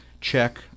check